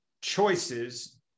choices